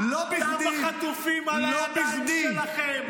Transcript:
דם החטופים על הידיים שלכם.